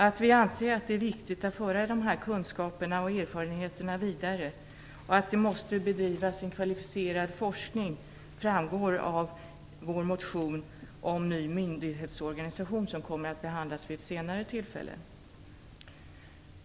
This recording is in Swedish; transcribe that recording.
Att vi anser att det är viktigt att föra dessa kunskaper och erfarenheter vidare och att det måste bedrivas en kvalificerad forskning framgår bl.a. av vår motion Ny myndighetsorganisation, som kommer att behandlas vid ett senare tillfälle.